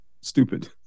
stupid